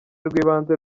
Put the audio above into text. rw’ibanze